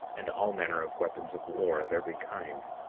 and all manner of weapons of war of every kind,